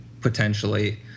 potentially